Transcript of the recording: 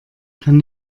kann